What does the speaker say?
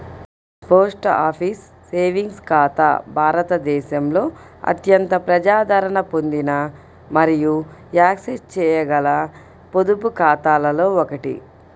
post office savings ఖాతా భారతదేశంలో అత్యంత ప్రజాదరణ పొందిన మరియు యాక్సెస్ చేయగల పొదుపు ఖాతాలలో ఒకటి